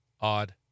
Odd